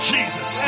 Jesus